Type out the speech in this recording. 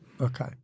Okay